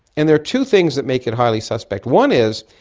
and there are two things that make it highly suspect. one is.